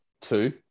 Two